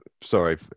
sorry